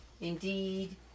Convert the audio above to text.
Indeed